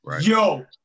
Yo